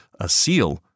ASEAL